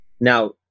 now